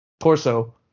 torso